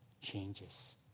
changes